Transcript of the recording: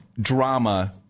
drama